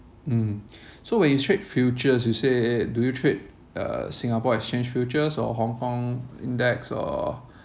mm so when you trade futures you say eh do you trade uh Singapore exchange futures or Hong Kong index or